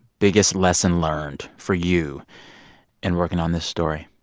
biggest lesson learned, for you in working on this story?